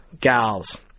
gals